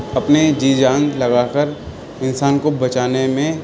اپنے جی جان لگا کر انسان کو بچانے میں